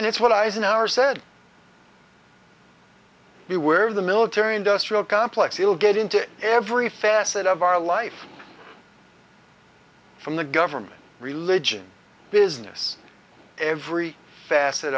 and it's what eisenhower said we were the military industrial complex will get into every facet of our life from the government religion business every facet